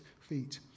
Feet